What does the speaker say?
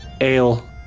Ale